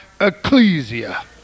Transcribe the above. ecclesia